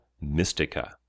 Mystica